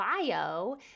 bio